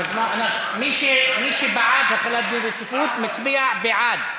מי שבעד החלת דין רציפות, מצביע בעד,